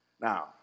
Now